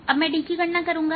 अब मैं d की गणना करूंगा